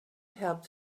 helped